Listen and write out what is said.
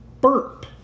burp